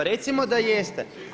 Recimo da jeste.